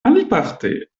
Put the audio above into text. aliparte